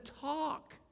talk